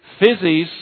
Fizzies